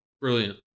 brilliant